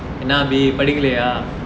என்னா அபி படிக்கெலெயா:enna abi padikkelayaa